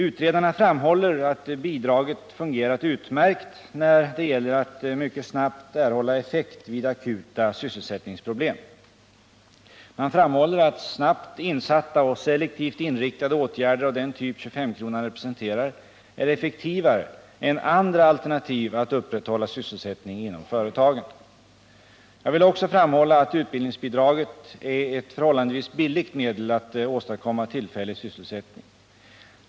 Utredarna framhåller att bidraget fungerat utmärkt när det gäller att mycket snabbt erhålla effekt vid akuta sysselsättningsproblem. Man framhåller att snabbt insatta och selektivt inriktade åtgärder av den typ 25-kronan representerar är effektivare än andra alternativ att upprätthålla sysselsättning inom företagen. Jag vill också framhålla att utbildningsbidraget är ett förhållandevis billigt medel att åstadkomma tillfällig sysselsättning.